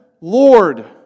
Lord